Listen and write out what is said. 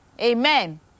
Amen